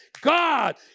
God